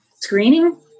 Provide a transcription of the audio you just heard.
screening